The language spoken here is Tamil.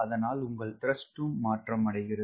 அதனால் உங்கள் த்ரஸ்ட்டும் மாற்றமடைகிறது